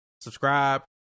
Subscribe